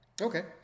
Okay